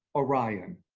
orion,